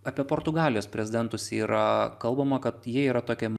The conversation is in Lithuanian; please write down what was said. apie portugalijos prezidentus yra kalbama kad jie yra tokie